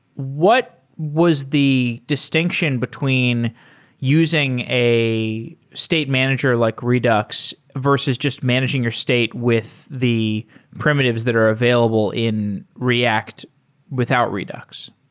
what was the distinction between using a state manager, like redux versus just managing your state with the primitives that are available in react without redux?